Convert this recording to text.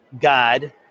God